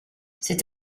cette